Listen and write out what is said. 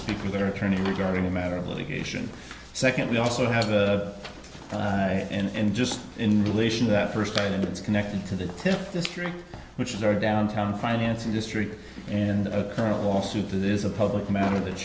speak with her attorney regarding a matter of litigation second we also have the right and just in relation to that first date it's connected to the tip district which is our downtown finance industry and or a lawsuit that is a public matter that